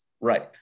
right